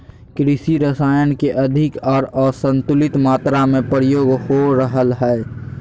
कृषि रसायन के अधिक आर असंतुलित मात्रा में प्रयोग हो रहल हइ